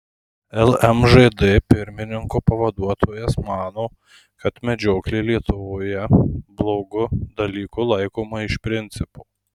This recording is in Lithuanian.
lmžd pirmininko pavaduotojas mano kad medžioklė lietuvoje blogu dalyku laikoma iš principo